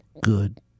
good